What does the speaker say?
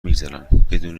میگذرن، بدون